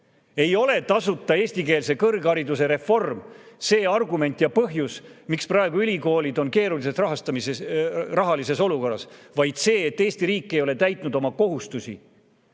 Ei ole tasuta eestikeelse kõrghariduse reform see argument ja põhjus, miks praegu ülikoolid on keerulises rahalises olukorras, vaid see, et Eesti riik ei ole täitnud oma kohustusi. Kui